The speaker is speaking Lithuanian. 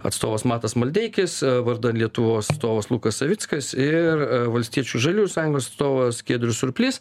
atstovas matas maldeikis vardan lietuvos atstovas lukas savickas ir valstiečių žaliųjų sąjungos atstovas giedrius surplys